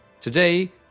Today